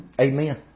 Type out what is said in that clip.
Amen